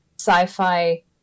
sci-fi